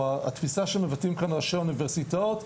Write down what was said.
או התפיסה שמבטאים כאן ראשי האוניברסיטאות,